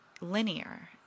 linear